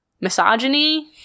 Misogyny